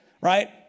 right